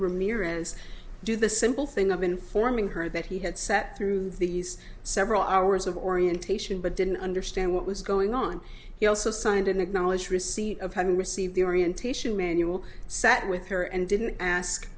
ramirez do the simple thing of informing her that he had sat through these several hours of orientation but didn't understand what was going on he also signed an acknowledge receipt of having received the orientation manual sat with her and didn't ask